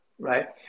right